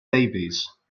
babies